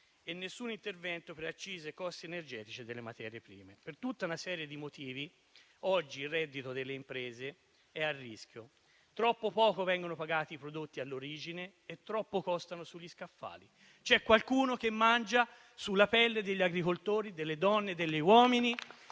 alcun intervento per accise, costi energetici e delle materie prime. Per tutta una serie di motivi, oggi il reddito delle imprese è a rischio. Troppo poco vengono pagati i prodotti all'origine e troppo costano sugli scaffali. C'è qualcuno che mangia sulla pelle degli agricoltori, delle donne e degli uomini